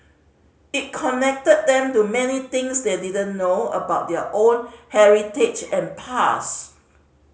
it connected them to many things they didn't know about their own heritage and past